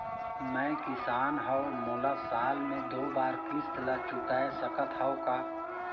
मैं किसान हव मोला साल मे दो बार किस्त ल चुकाय सकत हव का?